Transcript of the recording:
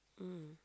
mm